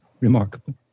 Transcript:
remarkable